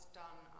done